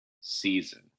season